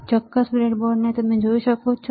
શું તમે આ ચોક્કસ બ્રેડબોર્ડ જોઈ શકો છો